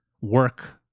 work